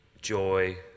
joy